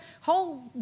whole